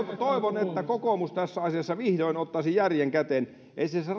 toivon että kokoomus tässä asiassa vihdoin ottaisi järjen käteen